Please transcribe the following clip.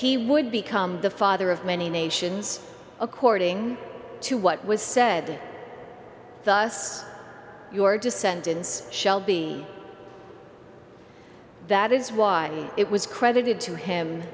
he would become the father of many nations according to what was said thus your descendants shall be that is why it was credited to him